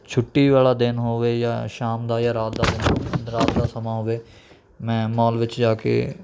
ਛੁੱਟੀ ਵਾਲਾ ਦਿਨ ਹੋਵੇ ਜਾਂ ਸ਼ਾਮ ਦਾ ਜਾਂ ਰਾਤ ਦਾ ਦਿਨ ਰਾਤ ਦਾ ਸਮਾਂ ਹੋਵੇ ਮੈਂ ਮੋਲ ਵਿੱਚ ਜਾ ਕੇ